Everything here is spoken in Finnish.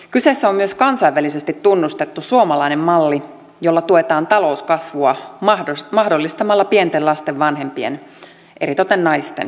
kyseessä on myös kansainvälisesti tunnustettu suomalainen malli jolla tuetaan talouskasvua mahdollistamalla pienten lasten vanhempien eritoten naisten työssäkäynti